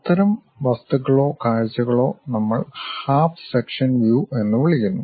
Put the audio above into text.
അത്തരം വസ്തുക്കളോ കാഴ്ചകളോ നമ്മൾ ഹാഫ് സെക്ഷൻ വ്യൂ എന്ന് വിളിക്കുന്നു